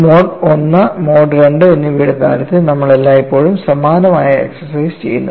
mode I mode II എന്നിവയുടെ കാര്യത്തിൽ നമ്മൾ എല്ലായ്പ്പോഴും സമാനമായ എക്സർസൈസ് ചെയ്യുന്നു